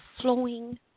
flowing